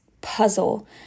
puzzle